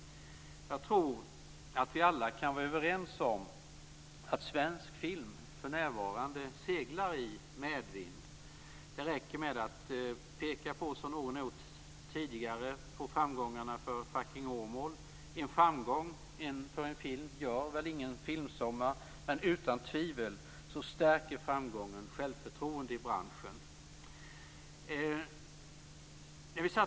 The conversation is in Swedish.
Vi kan alla vara överens om att svensk film för närvarande seglar i medvind. Det räcker med att peka på - som någon gjort tidigare - framgångarna för Fucking Åmål. En framgång för en film gör ingen filmsommar, men utan tvivel stärker framgången självförtroendet i branschen.